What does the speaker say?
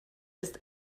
ist